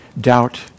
Doubt